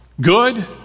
good